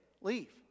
Leave